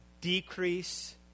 decrease